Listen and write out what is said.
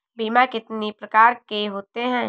बीमा कितनी प्रकार के होते हैं?